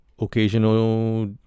occasional